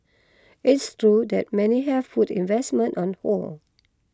it's true that many have put investment on hold